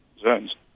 zones